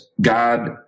God